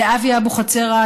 לאבי אבוחצירא,